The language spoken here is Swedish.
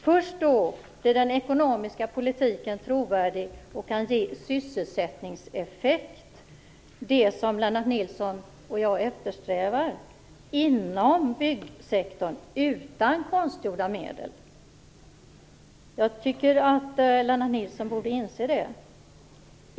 Först då blir den ekonomiska politiken trovärdig och kan ge sysselsättningseffekt - det som Lennart Nilsson och jag eftersträvar - inom byggsektorn utan konstgjorda medel. Jag tycker att Lennart Nilsson borde inse det.